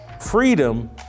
Freedom